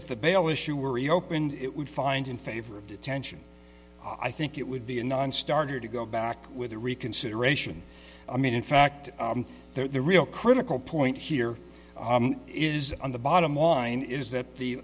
if the bail issue were opened it would find in favor of detention i think it would be a nonstarter to go back with a reconsideration i mean in fact they're the real critical point here is on the bottom line is that the